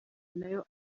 nayo